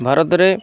ଭାରତରେ